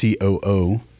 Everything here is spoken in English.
COO